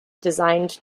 designed